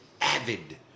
Avid